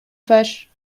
fâche